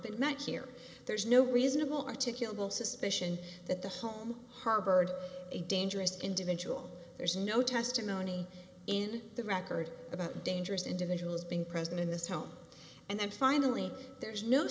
been met here there's no reasonable articulable suspicion that the home harbored a dangerous individual there's no testimony in the record about dangerous individuals being present in this home and finally there is no